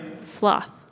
Sloth